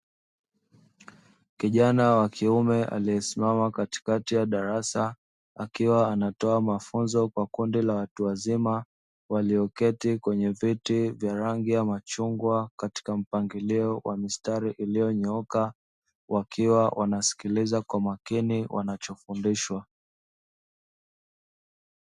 Kijana wa kiume aliyesimama katikati ya darasa, akiwa anatoa mafunzo kwa kundi la watu wazima walioketi kwenye viti vya rangi ya machungwa, katika mpangilio wa mistari iliyonyooka, wakiwa wanasikiliza kwa makini wanachofundishwa.